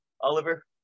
oliver